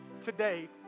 today